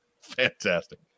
Fantastic